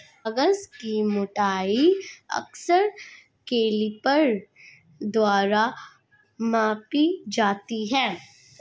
कागज की मोटाई अक्सर कैलीपर द्वारा मापी जाती है